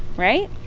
right?